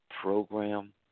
program